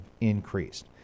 increased